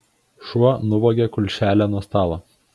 šuo nuvogė kulšelę nuo stalo